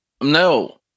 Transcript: No